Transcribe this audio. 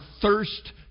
thirst